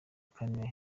kane